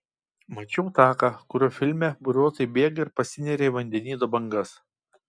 mačiau taką kuriuo filme buriuotojai bėga ir pasineria į vandenyno bangas